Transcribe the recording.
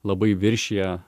labai viršija